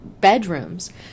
bedrooms